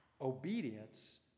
Obedience